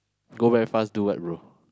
go back fast do what bro